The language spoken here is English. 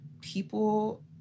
people